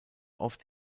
oft